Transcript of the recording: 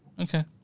Okay